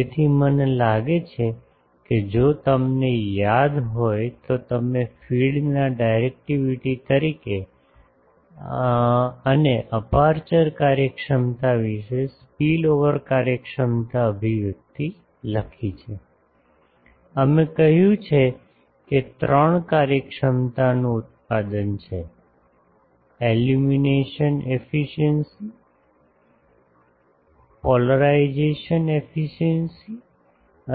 તેથી મને લાગે છે કે જો તમને યાદ હોય તો તમે ફીડના ડાયરેક્ટિવિટી તરીકે અને અપેર્ચર કાર્યક્ષમતા વિશે સ્પીલઓવર કાર્યક્ષમતા અભિવ્યક્તિ લખી છે અમે કહ્યું છે કે તે ત્રણ કાર્યક્ષમતાનું ઉત્પાદન છે એલ્યુમિનેશન એફિસિએંસી પોલરાઈસેશન એફિસિએંસી